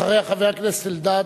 אחריה, חבר הכנסת אלדד.